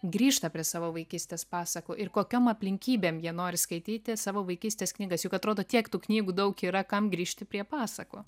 grįžta prie savo vaikystės pasakų ir kokiom aplinkybėm jie nori skaityti savo vaikystės knygas juk atrodo tiek tų knygų daug yra kam grįžti prie pasakų